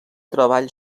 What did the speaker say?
treball